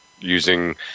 using